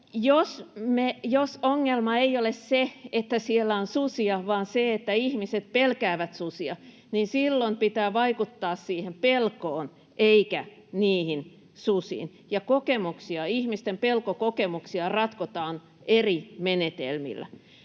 Jos ongelma ei ole se, että siellä on susia, vaan se, että ihmiset pelkäävät susia, niin silloin pitää vaikuttaa siihen pelkoon eikä niihin susiin, ja ihmisten pelkokokemuksia ratkotaan eri menetelmillä.